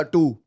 Two